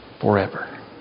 forever